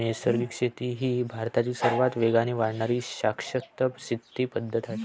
नैसर्गिक शेती ही भारतातील सर्वात वेगाने वाढणारी शाश्वत शेती पद्धत आहे